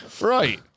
Right